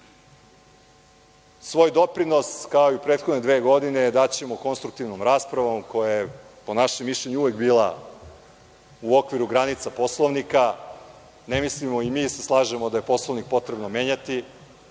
doprinos, kao i prethodne dve godine, daćemo konstruktivnom raspravom koja je, po našem mišljenju, uvek bila u okviru granica Poslovnika. I mi se slažemo da je Poslovnik potrebno menjati,